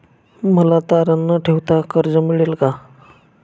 मला तारण न ठेवता कर्ज मिळेल का?